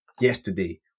yesterday